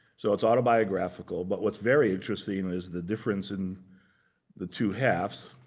so it's autobiographical. but what's very interesting is, the difference in the two halves.